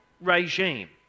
regime